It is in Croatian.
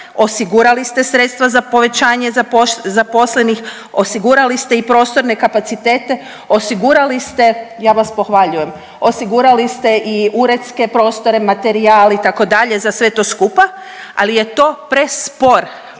osigurali ste sredstva za povećanje zaposlenih, osigurali ste i prostorne kapacitete, osigurali ste, ja vas pohvaljujem, osigurali ste i uredske prostore, materijal itd. za to sve skupa, ali je to prespor,